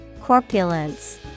Corpulence